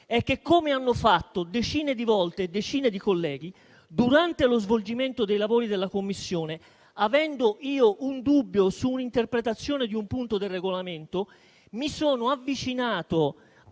Come hanno fatto decine di volte, decine di colleghi, durante lo svolgimento dei lavori della Commissione, avendo io un dubbio su un'interpretazione di un punto del Regolamento, mi sono avvicinato, a